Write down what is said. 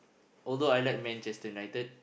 although I like Manchester-United